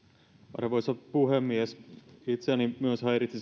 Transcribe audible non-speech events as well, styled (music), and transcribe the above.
arvoisa puhemies itseäni myös häiritsi (unintelligible)